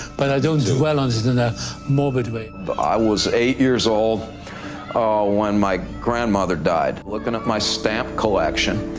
but i don't dwell on it in a morbid way. but i was eight years old when my grandmother died. looking at my stamp collection,